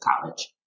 college